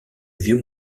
vieux